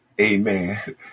amen